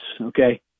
okay